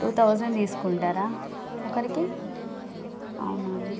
two thousand తీసుకుంటారా ఒకరికి అవునా